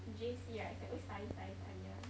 J_C right is always like study study study [one]